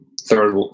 third